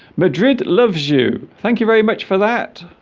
madrid loves you thank you very much for that